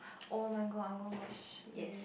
oh-my-god I'm going to watch late